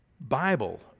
Bible